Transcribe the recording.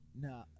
No